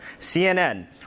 CNN